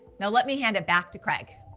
now let me hand it back to craig.